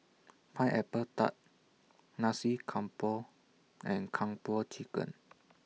Pineapple Tart Nasi Campur and Kung Po Chicken